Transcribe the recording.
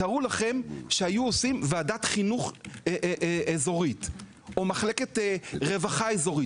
תארו לכם שהיו עושים ועדת חינוך אזורית או מחלקת רווחה אזורית,